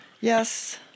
Yes